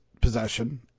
possession